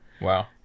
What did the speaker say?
wow